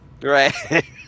Right